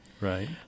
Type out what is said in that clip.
right